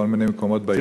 בכל מיני מקומות בעיר.